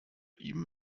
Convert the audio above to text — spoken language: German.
ihm